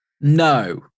No